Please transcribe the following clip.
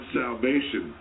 salvation